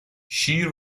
شیر